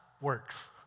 works